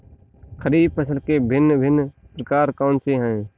खरीब फसल के भिन भिन प्रकार कौन से हैं?